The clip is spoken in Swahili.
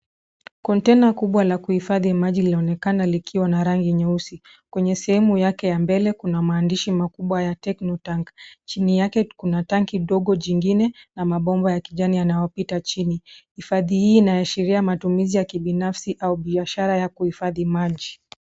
Kontena kubwa la kuhifadhi maji linaonekana likiwa na rangi nyeusi. Kwenye sehemu yake ya mbele kuna maandishi makubwa ya Techno Tank . Chini yake kuna tanki dogo jingine na mabomba ya kijani yanaopita chini. Hifadhi hii inaashiria matumizi ya kibinafsi au biashara ya kuhifadhi maji.